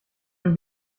dem